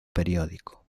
periódico